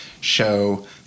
show